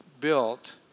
built